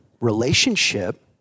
relationship